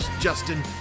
Justin